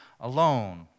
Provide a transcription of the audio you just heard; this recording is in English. alone